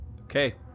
Okay